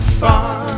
far